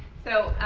so